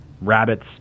rabbits